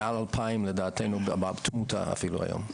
מעל 2,000 לדעתנו בתמותה אפילו היום.